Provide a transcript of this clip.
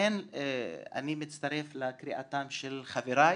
אני מצטרף לקריאתם של חבריי